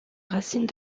racines